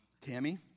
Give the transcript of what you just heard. Tammy